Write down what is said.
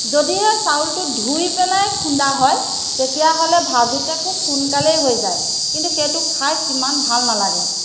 যদিহে চাউলটো ধুই পেলাই খুন্দা হয় তেতিয়াহ'লে ভাজোঁতে খুব সোনকালেই হৈ যায় কিন্তু সেইটো খাই সিমান ভাল নালাগে